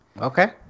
okay